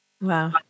Wow